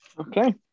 Okay